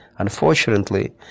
Unfortunately